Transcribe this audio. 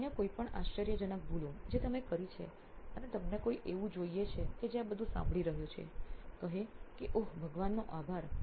અન્ય કોઈ પણ આશ્ચર્યજનક ભૂલો જે તમે કરી છે અને તમને કોઈ એવું જોઈએ છે કે જે આ બધું સાંભળી રહ્યો છે કહે કે ઓહ ભગવાનનો આભાર